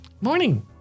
Morning